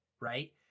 right